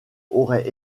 aurait